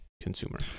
consumer